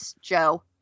Joe